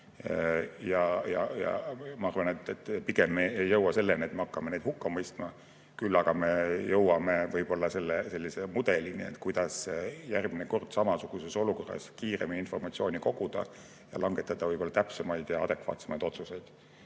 Ja ma arvan, et pigem me ei jõua selleni, et me hakkame neid hukka mõistma. Küll aga me jõuame võib-olla sellise mudelini, kuidas järgmine kord samasuguses olukorras kiiremini informatsiooni koguda ja langetada täpsemaid ja adekvaatsemaid otsuseid. Kindlasti